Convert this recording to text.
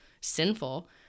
sinful